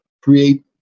create